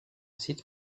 site